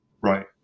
right